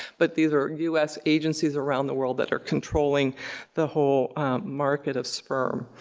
but these are u s. agencies around the world that are controlling the whole market of sperm.